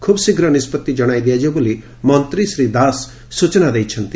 ଖୁବ୍ଶୀଘ୍ର ନିଷ୍ବତ୍ତି ଜଣାଇ ଦିଆଯିବ ବୋଲି ମନ୍ତୀ ଶୀ ଦାସ ସ୍ଚନା ଦେଇଛନ୍ତି